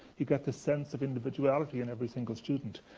you get this sense of individuality in every single student.